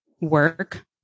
work